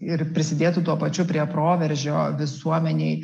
ir prisidėtų tuo pačiu prie proveržio visuomenėj